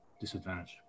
disadvantage